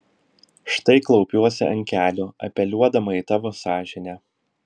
štai klaupiuosi ant kelių apeliuodama į tavo sąžinę